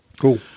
cool